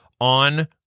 on